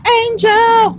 angel